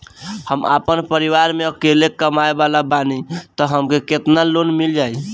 हम आपन परिवार म अकेले कमाए वाला बानीं त हमके केतना लोन मिल जाई?